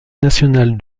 national